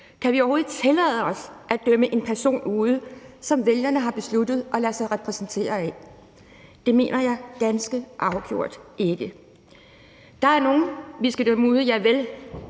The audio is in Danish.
Kan vi overhovedet tillade os at dømme en person ude, som vælgerne har besluttet at lade sig repræsentere af? Det mener jeg ganske afgjort ikke. Der er nogle, vi naturligvis skal dømme ude, nemlig